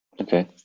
Okay